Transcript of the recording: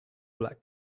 black